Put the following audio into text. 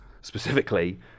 specifically